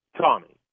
Tommy